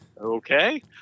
Okay